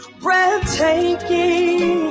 breathtaking